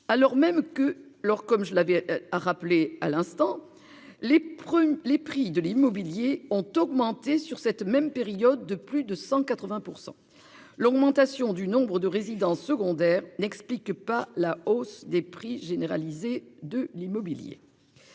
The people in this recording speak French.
alors même que l'comme je l'avais a rappelé à l'instant. Les prunes, les prix de l'immobilier ont augmenté sur cette même période de plus de 180% l'augmentation du nombre de résidences secondaires n'explique pas la hausse des prix généralisée de l'immobilier.